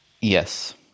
Yes